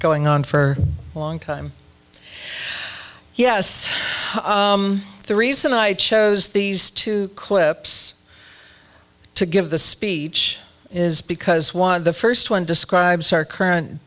going on for a long time yes the reason i chose these two clips to give the speech is because one of the first one describes our current